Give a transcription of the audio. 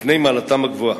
מפני מעלתן הגבוהה.